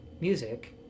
music